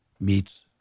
meets